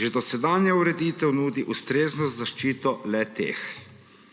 že dosedanja ureditev nudi ustrezno zaščito le-teh.